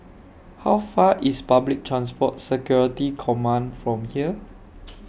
How Far IS Public Transport Security Command from here